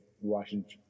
Washington